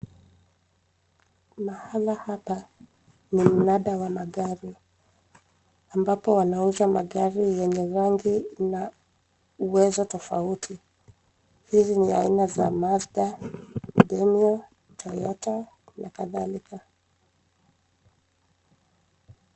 Mahala hapo ni mnanda wa magari, ambapo wanauza magari yenye rangi na uwezo tofauti. Hizi ni aina za madza, demio, toyota, na kadhalika.